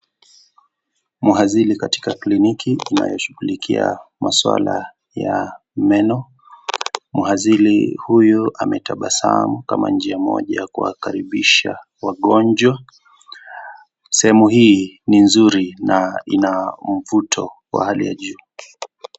Mhazili katika kliniki inayoshughulikia maswala ya meno. Mhazili huyo ametabasamu kama njia moja ya kuwakaribisha wagonjwa. Sehemu hii ni nzuri na ina mvuto wa hali ya juu.